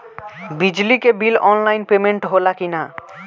बिजली के bill online payment होला कि ना?